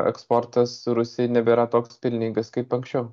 eksportas rusijai nebėra toks pelningas kaip anksčiau